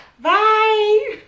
bye